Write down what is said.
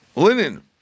Linen